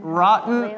rotten